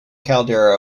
caldera